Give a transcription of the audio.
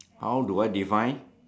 how do I define